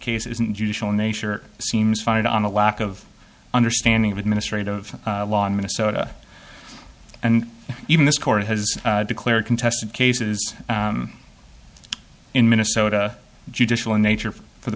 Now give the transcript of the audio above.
case isn't judicial in nature seems fired on a lack of understanding of administrative law in minnesota and even this court has declared contested cases in minnesota judicial in nature for the